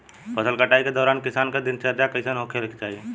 फसल कटाई के दौरान किसान क दिनचर्या कईसन होखे के चाही?